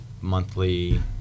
monthly